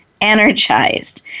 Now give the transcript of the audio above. energized